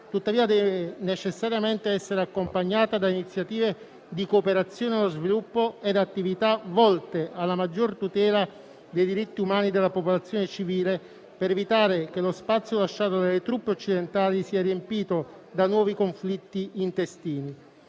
Tuttavia deve necessariamente essere accompagnata da iniziative di cooperazione allo sviluppo ed attività volte alla maggior tutela dei diritti umani della popolazione civile, per evitare che lo spazio lasciato dalle truppe occidentali sia riempito da nuovi conflitti intestini.